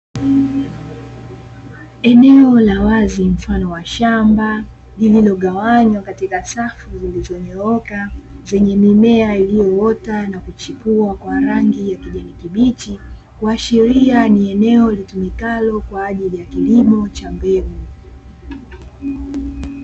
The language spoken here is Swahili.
Eneo la wazi mfano wa shamba lililogawanywa katika safu zilizonyooka zenye mimea. iliyoota na kuchipua kwa rangi ya kijani kibichi, kuashiria ni eneo litumikalo kwa ajili ya kilimo cha mbegu.